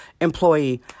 employee